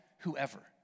Whoever